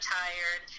tired